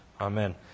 Amen